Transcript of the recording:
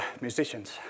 musicians